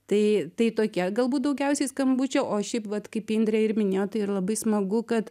tai tai tokie galbūt daugiausiai skambučiai o šiaip vat kaip indrė ir minėjo tai yra labai smagu kad